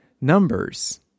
numbers